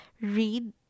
read